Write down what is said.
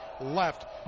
left